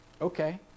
Okay